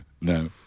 No